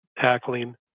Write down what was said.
tackling